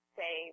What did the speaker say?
say